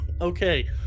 Okay